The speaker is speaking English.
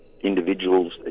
individuals